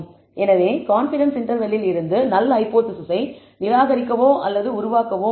எனவே கான்பிடன்ஸ் இன்டர்வெல்லில் இருந்து நல் ஹைபோதேசிஸை நிராகரிக்கவோ அல்லது உருவாக்கவோ முடியும்